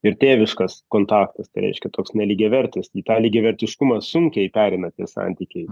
ir tėviškas kontaktas tai reiškia toks nelygiavertis į tą lygiavertiškumą sunkiai pereina tie santykiai